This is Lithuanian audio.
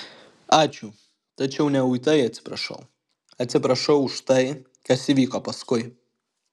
ačiū tačiau ne uitai atsiprašau atsiprašau už tai kas įvyko paskui